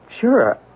Sure